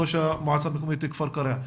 ראש המועצה המקומית כפר קרע.